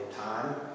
time